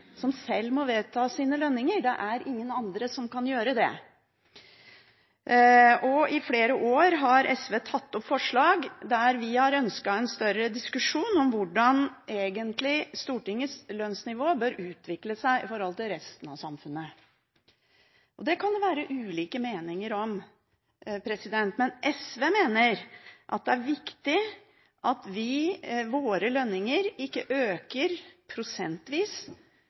som sjøl må vedta sine lønninger, det er ingen andre som kan gjøre det. I flere år har SV tatt opp forslag, da vi har ønsket en større diskusjon om hvordan Stortingets lønnsnivå egentlig bør utvikle seg i forhold til resten av samfunnet. Det kan det være ulike meninger om, men SV mener at det er viktig at våre lønninger ikke øker prosentvis,